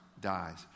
dies